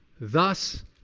Thus